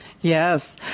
Yes